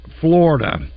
Florida